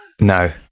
No